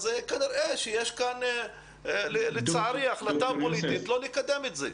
אז כנראה שיש כאן לצערי החלטה פוליטית לא לקדם את זה.